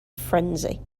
frenzy